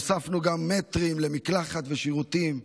הוספנו גם מטרים למקלחת ושירותים,